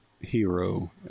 Hero